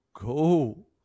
go